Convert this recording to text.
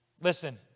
Listen